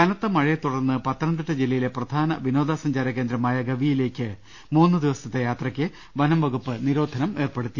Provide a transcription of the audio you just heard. കനത്ത മഴയെ തുടർന്ന് പത്തനംതിട്ട ജില്ലയിലെ പ്രധാന വിനോദ സഞ്ചാര കേന്ദ്രമായ ഗവിയിലേക്ക് മൂന്ന് ദിവസത്തെ യാത്രയ്ക്ക് വനം വകുപ്പ് നിരോധനം ഏർപ്പെടുത്തി